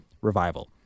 Revival